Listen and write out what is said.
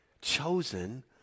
chosen